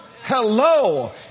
Hello